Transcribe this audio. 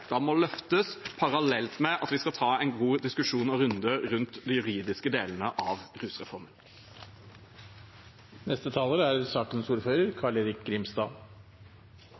må løftes, parallelt med at vi skal ta en god diskusjon og runde vedrørende de juridiske delene av